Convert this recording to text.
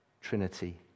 Trinity